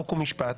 חוק ומשפט.